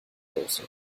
soße